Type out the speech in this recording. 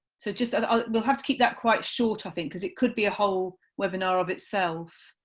so just we'll have to keep that quite short, i think, because it could be a whole webinar of itself,